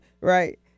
right